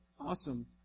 Awesome